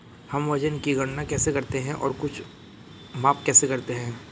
हम वजन की गणना कैसे करते हैं और कुछ माप कैसे करते हैं?